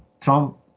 trump